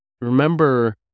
Remember